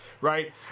right